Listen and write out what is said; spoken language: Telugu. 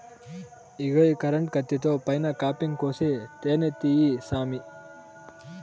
ఇగో ఈ కరెంటు కత్తితో పైన కాపింగ్ కోసి తేనే తీయి సామీ